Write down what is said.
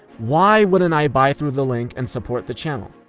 why wouldn't i buy through the link and support the channel?